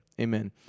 amen